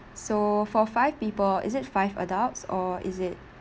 so for five people is it five adults or is it